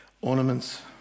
Ornaments